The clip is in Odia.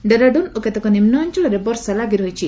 ଡେରାଡୁନ୍ ଓ କେତେକ ନିମ୍ନ ଅଞ୍ଚଳରେ ବର୍ଷା ଲାଗି ରହିଛି